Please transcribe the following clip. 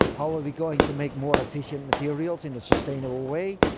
how are we going to make more efficient materials in a sustainable way,